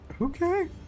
Okay